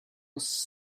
was